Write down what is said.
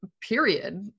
period